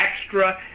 extra